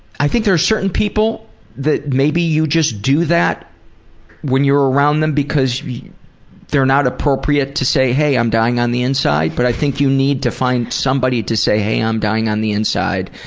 i think there are certain people that maybe you just do that when you're around them because they're not appropriate to say, hey, i'm dying on the inside, but i think you need to find somebody to say, hey, i'm dying on the inside.